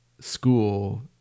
school